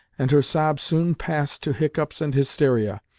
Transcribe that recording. and her sobs soon passed to hiccups and hysteria.